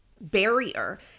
barrier